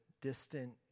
distant